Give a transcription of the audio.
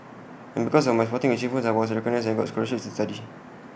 and because of my sporting achievements I was recognised and I got scholarships to study